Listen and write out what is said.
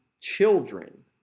children